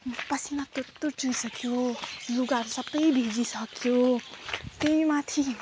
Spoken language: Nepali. पसिना तुर तुर चुहिसक्यो लुगाहरू सबै भिजिसक्यो त्यही माथि